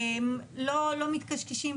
לא מתקשקשים.